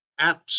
apps